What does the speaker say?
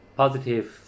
positive